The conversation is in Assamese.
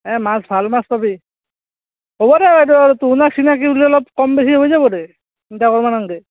এ মাছ ভাল মাছ পাবি হ'ব দে বাইদেউ আৰু তোহোনক চিনাকি বুলি অলপ কম বেছি হৈ যাব দে চিন্তা কৰব নালগে